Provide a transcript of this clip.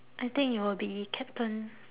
I think you will be captain